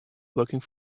working